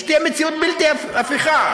שתהיה מציאות בלתי הפיכה.